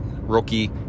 rookie